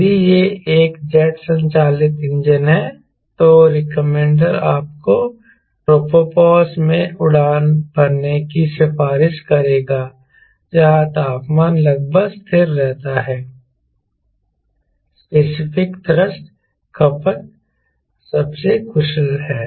यदि यह एक जेट संचालित इंजन है तो रेकमेंडेर आपको ट्रोपोपॉज़ में उड़ान भरने की सिफारिश करेगा जहां तापमान लगभग स्थिर रहता है स्पेसिफिक थ्रस्ट खपत सबसे कुशल है